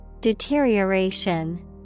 Deterioration